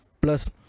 plus